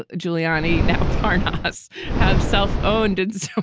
ah giuliani now part us have self owned and so